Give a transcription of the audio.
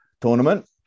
tournament